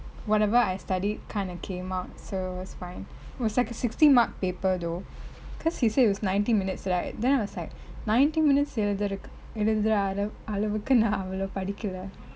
whatever I studied kind of came out so it's fine it was like a sixty mark paper though cause he said it was ninety minutes right then I was like ninety minutes எழுதுரக்கு எழுதுர அளவு~ அளவுக்கு நா அவ்வளோ படிக்கலெ:ezhuthurakku ezhuthure alavu~ alavukku naa avaloo padikale